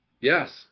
yes